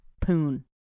poon